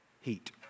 heat